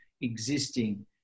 existing